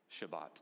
Shabbat